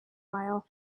while